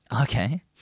Okay